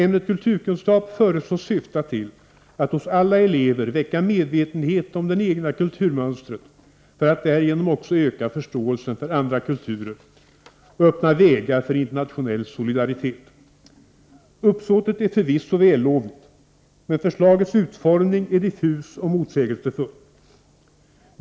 Ämnet kulturkunskap föreslås syfta till att hos alla elever väcka medvetenhet om det egna kulturmönstret, för att därigenom också öka förståelsen för andra kulturer och öppna vägar för internationell solidaritet. Uppsåtet är förvisso vällovligt, men förslagets utformning är diffus och motsägelsefull.